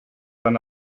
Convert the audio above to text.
dann